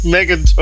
Megan